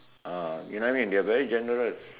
ah you know what I mean they're very generous